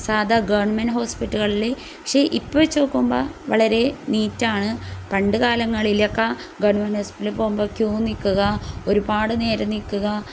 സാധാ ഗവൺമെൻറ് ഹോസ്പിറ്റലുകളിൽ പക്ഷേ ഇപ്പം വച്ച് നോക്കുമ്പോൾ വളരെ നീറ്റാണ് പണ്ട് കാലങ്ങളിലൊക്കെ ഗവൺമെൻറ് ഹോസ്പിറ്റലിൽ പോകുമ്പോൾ ക്യൂ നിൽക്കുക ഒരുപാട് നേരം നിൽക്കുക